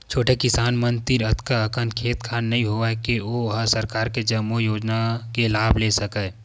छोटे किसान मन तीर अतका अकन खेत खार नइ होवय के ओ ह सरकार के जम्मो योजना के लाभ ले सकय